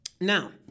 Now